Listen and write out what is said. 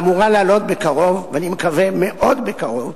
ואמורה לעלות בקרוב, ואני מקווה, מאוד בקרוב,